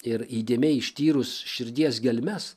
ir įdėmiai ištyrus širdies gelmes